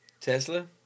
Tesla